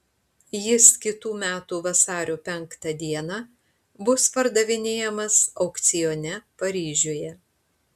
jis kitų metų vasario penktą dieną bus pardavinėjamas aukcione paryžiuje